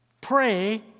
pray